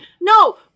no